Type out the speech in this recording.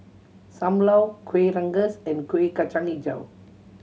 Sam Lau Kuih Rengas and Kueh Kacang Hijau